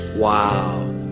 wow